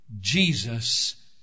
Jesus